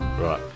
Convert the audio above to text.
right